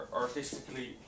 artistically